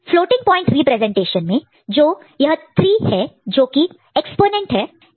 floating point representation में जो यह 3 है जोकि एक्स्पोनेंट है